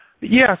Yes